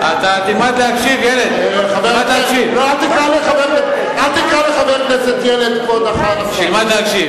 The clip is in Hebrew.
אל תטיף לי על מורשת, אתה תלמד להקשיב,